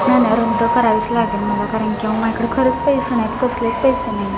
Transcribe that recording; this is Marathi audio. नाही नाही रद्द करावीच लागेल मला कारण की अहो माझ्याकडे खरंच पैसे नाही आहेत कसलेच पैसे नाही